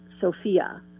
Sophia